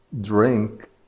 drink